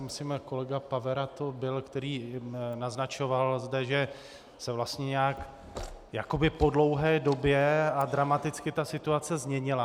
Myslím, že pan kolega Pavera to byl, který zde naznačoval, že se vlastně nějak jakoby po dlouhé době a dramaticky ta situace změnila.